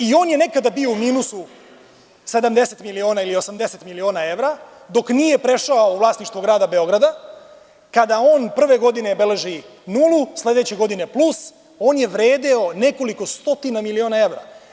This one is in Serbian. I on je nekada bio u minusu 70 miliona ili 80 miliona evra dok nije prešao u vlasništvo Grada Beograda, kada on prve godine beleži nulu, a sledeće godine plus, on je vredeo nekoliko stotina miliona evra.